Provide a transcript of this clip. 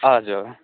हजुर